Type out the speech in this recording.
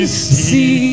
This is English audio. see